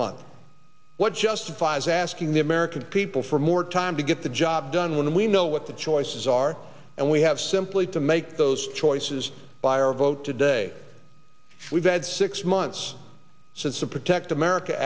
month what justifies asking the american people for more time to get the job done when we know what the choices are and we have simply to make those choices by our vote today we've had six months since the protect america